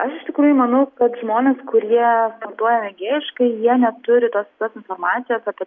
aš ištikrųjų manau kad žmonės kurie sportuoja megėjiškai jie neturi tos visos informacijos apie